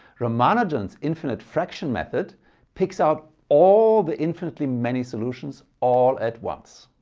ramanujan's infinite fraction method picks out all the infinitely many solutions, all at once.